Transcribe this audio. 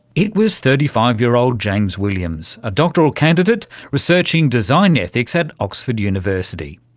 it was thirty five year old james williams, a doctoral candidate researching design ethics at oxford university.